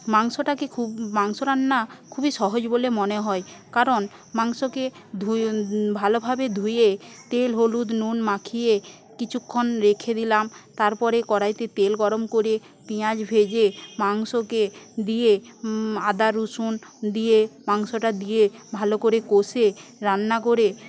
মাংসটাকে খুব মাংস রান্না খুবই সহজ বলে মনে হয় কারণ মাংসকে ভালোভাবে ধুয়ে তেল হলুদ নুন মাখিয়ে কিছুক্ষণ রেখে দিলাম তারপরে কড়াইতে তেল গরম করে পেয়াঁজ ভেজে মাংসকে দিয়ে আদা রসুন দিয়ে মাংসটা দিয়ে ভালো করে কষে রান্না করে